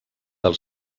del